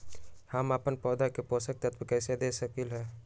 हम अपन पौधा के पोषक तत्व कैसे दे सकली ह?